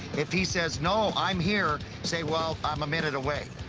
if he says, no i'm here, say, well i'm a minute away.